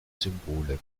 symbole